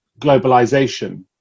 globalization